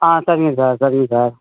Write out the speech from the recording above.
ஆ சரிங்க சார் சரிங்க சார்